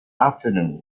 afternoon